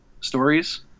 stories